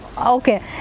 Okay